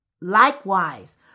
Likewise